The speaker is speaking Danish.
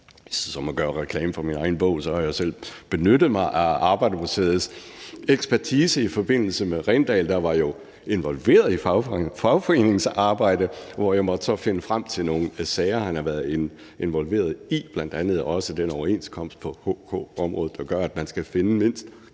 For at gøre reklame for min egen bog, kan jeg sige, at jeg selv har benyttet mig af Arbejdermuseets ekspertise i forbindelse med Rindal, der jo var involveret i fagforeningsarbejde. Og jeg har så måttet finde frem til nogle sager, han har været involveret i, bl.a. også den overenskomst på HK-området, der gør, at man skal finde mindst